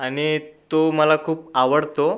आणि तो मला खूप आवडतो